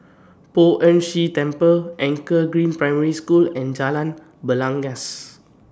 Poh Ern Shih Temple Anchor Green Primary School and Jalan Belangkas